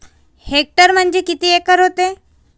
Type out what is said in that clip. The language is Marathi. हेक्टर म्हणजे किती एकर व्हते?